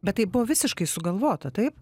bet tai buvo visiškai sugalvota taip